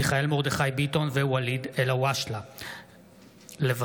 מיכאל מרדכי ביטון וואליד אלהואשלה בנושא: